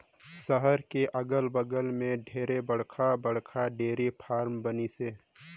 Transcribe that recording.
सहर के अगल बगल में ढेरे बड़खा बड़खा डेयरी फारम बनिसे